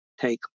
take